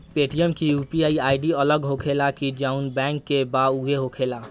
Paytm के UPI ID अलग होखेला की जाऊन बैंक के बा उहे होखेला?